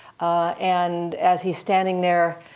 and as he's standing there,